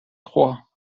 trois